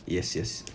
yes yes